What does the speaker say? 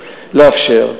לאפשר.